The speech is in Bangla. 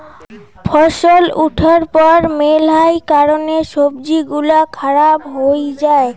ফছল উঠার পর মেলহাই কারণে সবজি গুলা খারাপ হই যাই